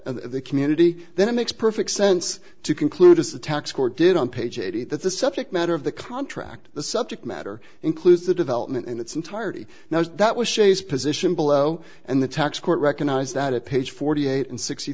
the community then it makes perfect sense to conclude as a tax court did on page eighty that the subject matter of the contract the subject matter includes the development in its entirety now that was shays position below and the tax court recognized that at page forty eight and sixty